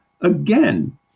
again